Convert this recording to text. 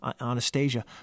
Anastasia